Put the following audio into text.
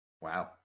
Wow